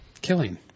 killing